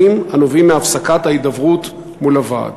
הנובעים מהפסקת ההידברות מול הוועד?